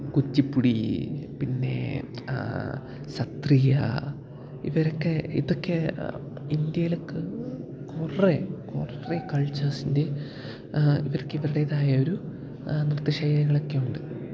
കുച്ചിപ്പുടി പിന്നെ സത്രീയ ഇവരൊക്കെ ഇതൊക്കെ ഇന്ത്യയിലൊക്കെ കുറെ കുറെ കൾച്ചേഴ്സിൻ്റെ ഇവർക്ക് ഇവരുടേതായ ഒരു നൃത്ത ശൈലികളൊക്കെ ഉണ്ട്